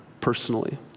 personally